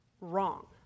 wrong